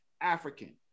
African